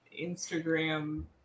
instagram